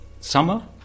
summer